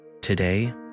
Today